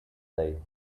day